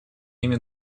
ими